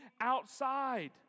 outside